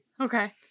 Okay